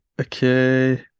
Okay